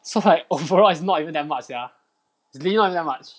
so like overall it's not even that much sia is really not that much